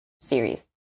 series